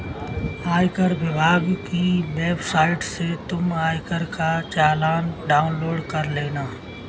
आयकर विभाग की वेबसाइट से तुम आयकर का चालान डाउनलोड कर लेना